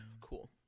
Cool